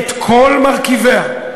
את כל מרכיביה.